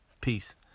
Peace